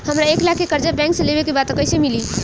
हमरा एक लाख के कर्जा बैंक से लेवे के बा त कईसे मिली?